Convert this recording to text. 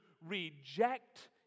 reject